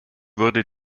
wurde